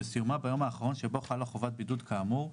וסיומה ביום האחרון שבו חלה חובת בידוד כאמור,